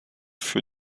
für